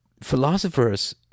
philosophers